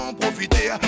profiter